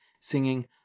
singing